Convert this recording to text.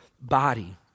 body